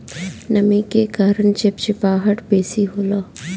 नमी के कारण चिपचिपाहट बेसी होला